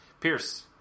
Pierce